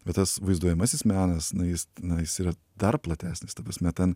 bet tas vaizduojamasis menas na jis na jis yra dar platesnis ta prasme ten